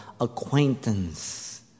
acquaintance